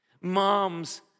Moms